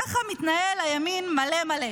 כך מתנהל הימין המלא מלא,